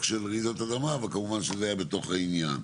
של רעידות אדמה אבל כמובן שזה היה בתוך העניין.